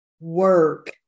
work